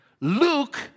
Luke